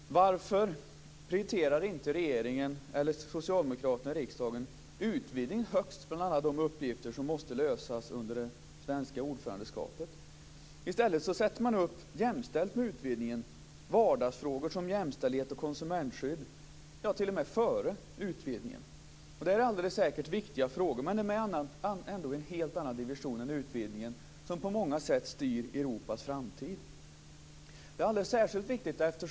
Fru talman! Varför prioriterar inte regeringen eller socialdemokraterna i riksdagen utvidgning högst bland alla de uppgifter som måste lösas under det svenska ordförandeskapet? I stället sätter man upp jämställt med utvidgningen vardagsfrågor som jämställdhet och konsumentskydd, t.o.m. före utvidgningen. Det är alldeles säkert viktiga frågor, men de är ändå i en helt annan division än utvidgningen, som på många sätt styr Europas framtid. Det är alldeles särskilt viktigt.